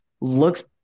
looks